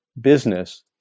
business